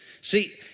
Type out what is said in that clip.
See